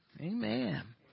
Amen